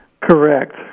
Correct